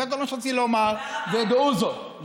זה כל מה שרציתי לומר, ודעו זאת.